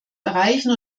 erreichen